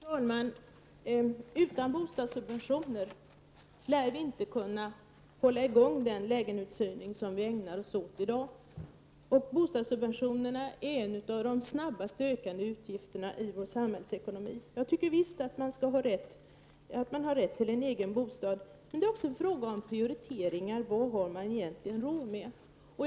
Fru talman! Utan bostadssubventioner lär vi inte kunna hålla i gång det bostadsbyggande som vi ägnar oss åt i dag. Bostadssubventionerna är en av de snabbast ökande utgifterna i vår samhällsekonomi. Jag tycker visst att man har rätt till en egen bostad. Men det är också frågan om prioriteringar. Vad har man egentligen råd med?